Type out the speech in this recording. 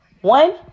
One